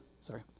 sorry